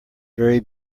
very